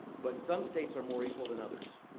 but some states are more equal than others.